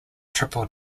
triple